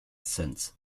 sense